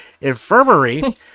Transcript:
Infirmary